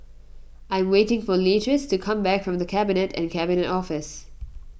I am waiting for Leatrice to come back from the Cabinet and Cabinet Office